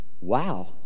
Wow